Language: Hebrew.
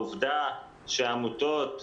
העובדה שהעמותות,